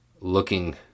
looking